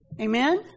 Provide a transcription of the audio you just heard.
Amen